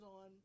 on